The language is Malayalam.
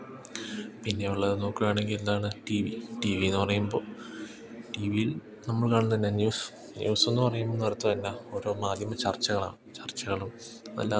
പിന്നെ ഉള്ളത് നോക്കുകയാണെങ്കിൽ എന്താണ് ടി വി ടി വിയെന്നു പറയുമ്പോൾ ടി വിയിൽ നമ്മൾ കാണുന്നതു തന്നെ ന്യൂസ് ന്യൂസെന്നു പറയുന്നിടത്തു തന്നെ ഓരോ മാധ്യമ ചർച്ചകളാണ് ചർച്ചകളും അല്ലാതെ വാർത്തകളും ഉണ്ട്